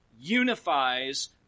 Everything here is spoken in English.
unifies